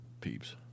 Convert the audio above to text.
Peeps